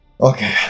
okay